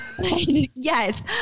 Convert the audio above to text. Yes